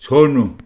छोड्नु